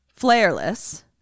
flareless